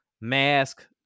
mask